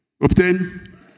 Obtain